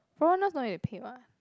foreigners no need to pay [what]